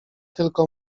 tylko